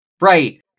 Right